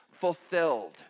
fulfilled